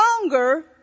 longer